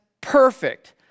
perfect